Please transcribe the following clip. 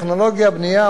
המלונאות וכו'.